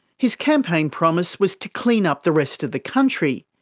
his campaign promise was to clean up the rest of the country.